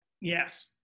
Yes